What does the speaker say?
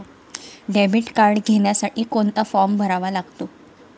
Debit card घेण्यासाठी कोणता form भरावा लागतो?